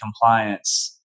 compliance